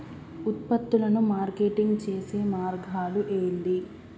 ఉత్పత్తులను మార్కెటింగ్ చేసే మార్గాలు ఏంది?